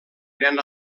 nen